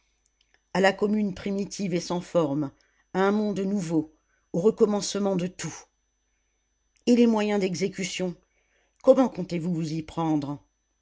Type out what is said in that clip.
a la commune primitive et sans forme à un monde nouveau au recommencement de tout et les moyens d'exécution comment comptez-vous vous y prendre